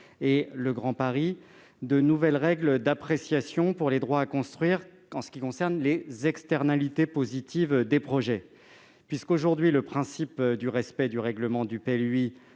et le Grand Paris, de nouvelles règles d'appréciation pour les droits à construire s'agissant des externalités positives des projets. Aujourd'hui, le respect du règlement du PLU